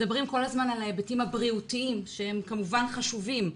מדברים כל הזמן על ההיבטים הבריאותיים שהם כמובן חשובים,